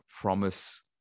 promise